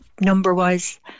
number-wise